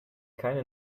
keine